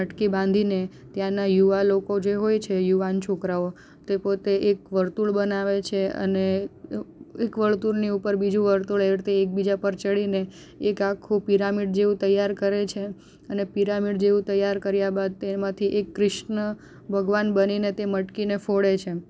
મટકી બાંધીને ત્યાંના યુવા લોકો જે હોય છે યુવાન છોકરાઓ તે પોતે એક વર્તુળ બનાવે છે અને એક વર્તુળની ઉપર બીજું વર્તુળ એવી રીતે એક બીજા પર ચડીને એક આખું પિરામિડ જેવું તૈયાર કરે છે અને પિરામિડ જેવું તૈયાર કર્યા બાદ તેમાંથી એક કૃષ્ણ ભગવાન બનીને તે મટકીને ફોડે છે